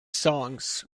songs